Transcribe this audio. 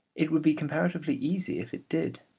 it would be comparatively easy if it did.